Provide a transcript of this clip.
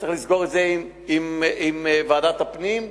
צריך לסגור את זה עם ועדת הפנים,